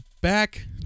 back